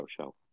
show